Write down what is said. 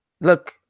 Look